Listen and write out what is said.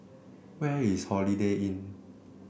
where is Holiday Inn